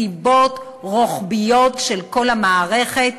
מסיבות רוחביות של כל המערכת,